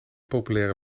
populaire